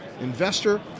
investor